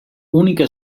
única